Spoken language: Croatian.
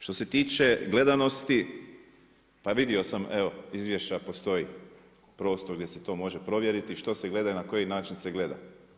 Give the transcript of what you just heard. Što se tiče gledanosti, pa vidio sam evo izvješća postoji prostor gdje se to može provjeriti što se gleda i na koji način se gleda.